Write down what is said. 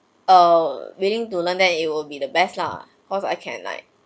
err willing to learn than it will be the best lah cause I can like